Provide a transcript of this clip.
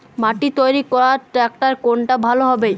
মাটি তৈরি করার ট্রাক্টর কোনটা ভালো হবে?